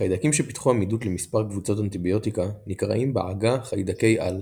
חיידקים שפיתחו עמידות למספר קבוצות אנטיביוטיקה נקראים בעגה חיידקי על.